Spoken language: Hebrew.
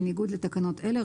בניגוד לתקנות אלה,